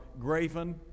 graven